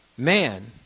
Man